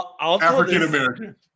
African-American